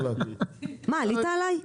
מה עלית עלי?